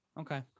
Okay